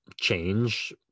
change